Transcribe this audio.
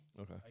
Okay